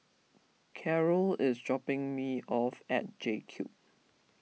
Carrol is dropping me off at J Cube